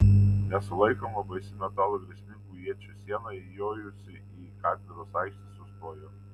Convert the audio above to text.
nesulaikoma baisi metalo ir grėsmingų iečių siena įjojusi į katedros aikštę sustojo